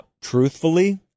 Truthfully